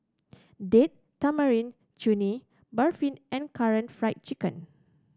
Date Tamarind Chutney Barfi and Karaage Fried Chicken